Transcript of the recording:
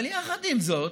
אבל יחד עם זאת,